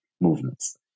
movements